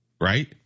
Right